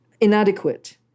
inadequate